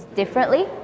differently